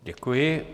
Děkuji.